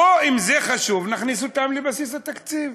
בוא, אם זה חשוב, נכניס אותם לבסיס התקציב.